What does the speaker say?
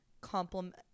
compliment